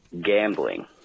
gambling